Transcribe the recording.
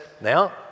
now